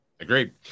Agreed